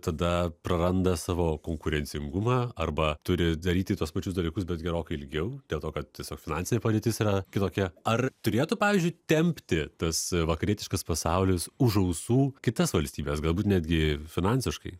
tada praranda savo konkurencingumą arba turi daryti tuos pačius dalykus bet gerokai ilgiau dėl to kad tiesiog finansinė padėtis yra kitokia ar turėtų pavyzdžiui tempti tas vakarietiškas pasaulis už ausų kitas valstybes galbūt netgi finansiškai